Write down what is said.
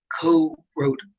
co-wrote